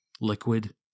liquid